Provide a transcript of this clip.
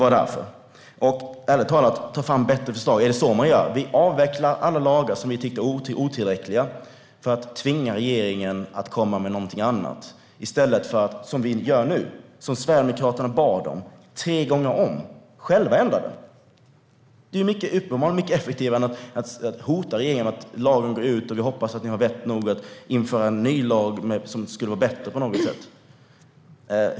Ärligt talat - ta fram bättre förslag - är det så man gör? Ska man avveckla alla lagar som man tycker är otillräckliga för att tvinga regeringen att komma med något annat, i stället för att - som vi gör nu och som Sverigedemokraterna bad om tre gånger om - ändra den själv? Det är mycket effektivare än att hota regeringen med att lagen går ut och att vi hoppas att de har vett nog att införa en ny lag som är bättre.